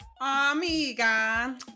amiga